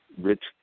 rich